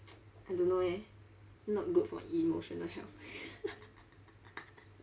I don't know eh not good for emotional health